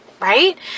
right